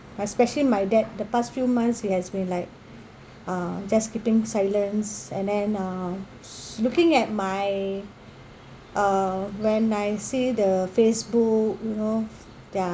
especially my dad the past few months he has been like uh just keeping silence and then uh looking at my uh when I see the facebook you know their